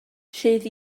rhydd